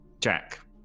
jack